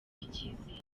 icyizere